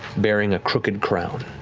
bearing a crooked crown.